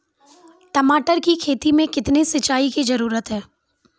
टमाटर की खेती मे कितने सिंचाई की जरूरत हैं?